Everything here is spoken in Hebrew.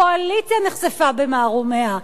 הקואליציה נחשפה במערומיה.